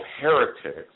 heretics